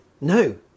no